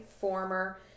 former